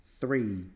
three